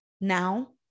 now